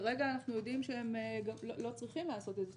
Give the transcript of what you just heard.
וכרגע אנחנו יודעים שהם לא צריכים לעשות את זה.